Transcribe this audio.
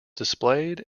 displayed